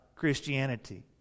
Christianity